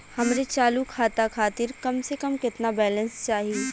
हमरे चालू खाता खातिर कम से कम केतना बैलैंस चाही?